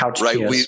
Right